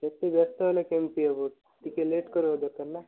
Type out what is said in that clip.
ଏତେ ବ୍ୟସ୍ତ ହେଲେ କେମିତି ହବ ଟିକେ ଲେଟ୍ କରିବା ଦରକାର ନା